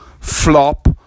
flop